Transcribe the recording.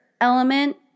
element